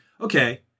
okay